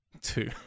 Two